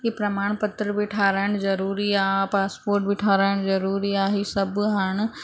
इहे प्रमाण पत्र बि ठाहिराइण ज़रूरी आहे पासपोट बि ठाहिराइण ज़रूरी आहे सभु हाणे